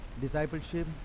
discipleship